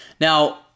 Now